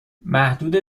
محدود